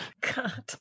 God